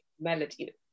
melody